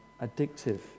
addictive